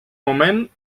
moment